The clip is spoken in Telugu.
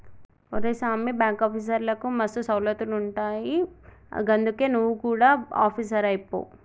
ఒరే సామీ, బాంకాఫీసర్లకు మస్తు సౌలతులుంటయ్ గందుకే నువు గుడ ఆపీసరువైపో